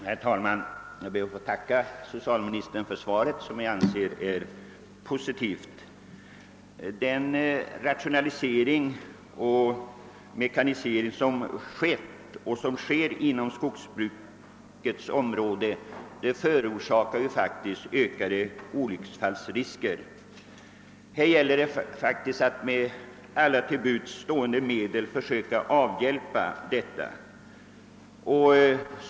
Herr talman! Jag ber att få tacka socialministern för svaret, som jag anser vara positivt. Den rationalisering och mekanisering som skett och sker inom skogsbrukets område förorsakar faktiskt ökade olycksfallsrisker, som vi med alla till buds stående medel måste försöka minska.